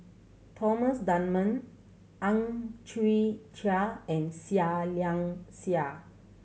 Thomas Dunman Ang Chwee Chai and Seah Liang Seah